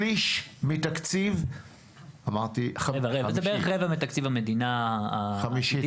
שליש מתקציב --- זה בערך רבע מתקציב המדינה העתידי,